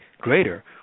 greater